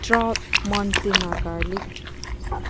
Traut ꯃꯣꯟꯇꯤꯅꯥ garlic